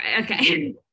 okay